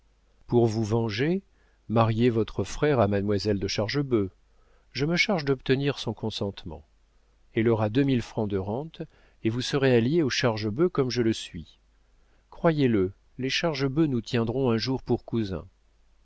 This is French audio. pour vous venger mariez votre frère à mademoiselle de chargebœuf je me charge d'obtenir son consentement elle aura deux mille francs de rente et vous serez alliés aux chargebœuf comme je le suis croyez-le les chargebœuf nous tiendront un jour pour cousins